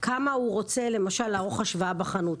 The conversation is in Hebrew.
הוא רוצה למשל לערוך השוואה בחנות.